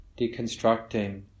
deconstructing